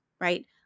right